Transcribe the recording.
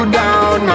down